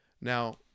Now